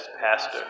pastor